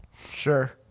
Sure